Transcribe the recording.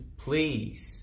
please